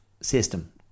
system